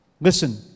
Listen